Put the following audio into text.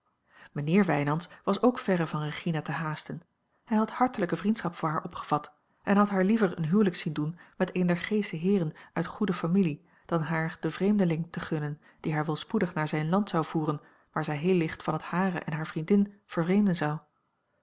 mijnheer wijnands was ook verre van regina te haasten hij had hartelijke vriendschap voor haar opgevat en had haar liever een huwelijk zien doen met een der g sche heeren uit goede familie dan haar den vreemdeling te gunnen die haar wel spoedig naar zijn land zou voeren waar zij heel licht van het hare en haar vriendin vervreemden zou